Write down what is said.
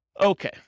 Okay